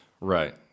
right